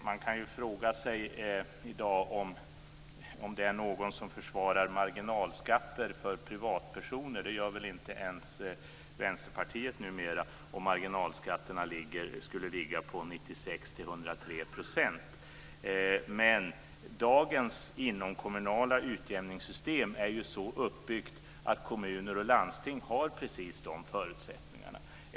Man kan i dag fråga sig om det är någon som försvarar marginalskatter för privatpersoner, om de skulle uppgå till mellan 96 % och 103 %. Det gör väl numera inte ens Vänsterpartiet. Dagens inomkommunala utjämningssystem är ju så uppbyggt att kommuner och landsting har precis de förutsättningarna.